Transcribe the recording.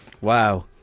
Wow